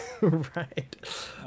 Right